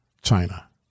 China